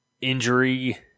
injury